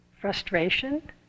Frustration